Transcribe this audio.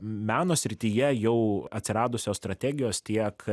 meno srityje jau atsiradusios strategijos tiek